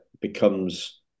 becomes